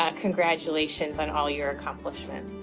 ah congratulations on all your accomplishments.